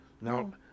Now